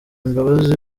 imbabazi